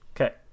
Okay